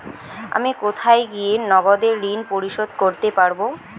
আমি কোথায় গিয়ে নগদে ঋন পরিশোধ করতে পারবো?